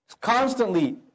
Constantly